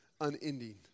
unending